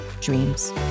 dreams